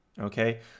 Okay